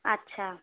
আচ্ছা